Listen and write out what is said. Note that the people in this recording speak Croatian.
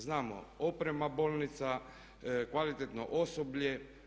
Znamo oprema bolnica, kvalitetno osoblje.